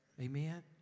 Amen